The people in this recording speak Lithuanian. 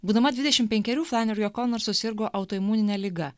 būdama dvidešimt penkerių flaneri okonur susirgo autoimunine liga